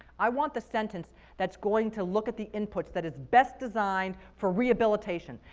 i want the sentence that's going to look at the inputs that is best designed for rehabilitation.